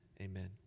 Amen